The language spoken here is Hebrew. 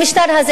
המשטר הזה,